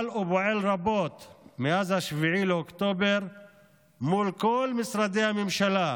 ופועל רבות מאז 7 באוקטובר מול כל משרדי הממשלה,